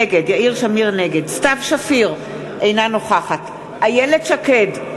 נגד סתיו שפיר, אינה נוכחת איילת שקד,